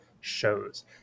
Shows